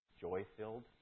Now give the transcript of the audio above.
joy-filled